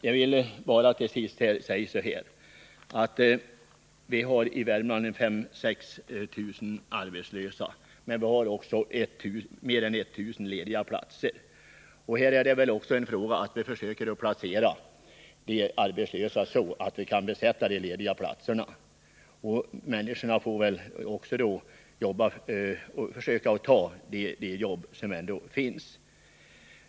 Jag vill bara till sist säga så här: Vi har i Värmland 5 000-—6 000 arbetslösa, men vi har också mer än 1000 lediga platser. Vi får försöka placera de arbetslösa så att vi kan besätta de lediga platserna. De som är arbetslösa får då också försöka ta de jobb som finns.